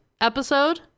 episode